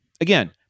Again